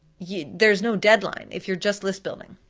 yeah there's no deadline if you're just list building.